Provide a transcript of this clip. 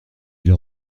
ils